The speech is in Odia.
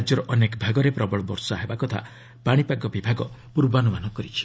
ରାଜ୍ୟର ଅନେକ ଭାଗରେ ପ୍ରବଳ ବର୍ଷା ହେବା କଥା ପାଣିପାଗ ବିଭାଗ ପୂର୍ବାନୁମାନ କରିଛି